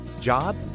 job